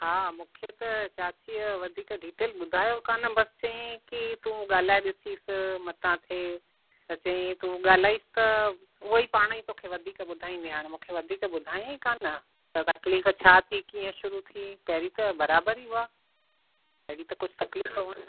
हा मूंखे त चाचीअ वधीक डिटेल ॿुधायो कोन्ह बसि चयईं की तू ॻाल्हाए ॾिसीस मतां थिए त चयईं तू ॻाल्हाइसि त हूअंई पाण ई तोखे वधीक ॿुधाईंदइ हाणे मूंखे वधीक ॿुधायईं कोन्ह त तकलीफ़ छा थी कीअं शुरू थी पहिरीं त बराबरि ही हुआ अहिड़ी त कुझु तकलीफ़ हुयनि कोन्ह